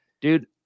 Dude